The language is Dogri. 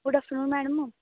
good afternoon madam